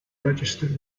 registered